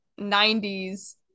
90s